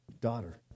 daughter